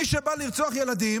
מי שבא לרצוח ילדים,